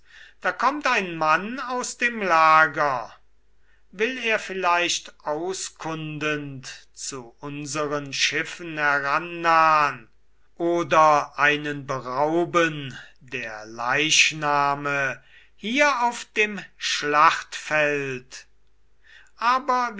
da kommt ein mann aus dem lager will er vielleicht auskundend zu unseren schiffen herannahn oder einen berauben der leichname hier auf dem schlachtfeld